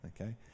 okay